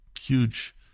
huge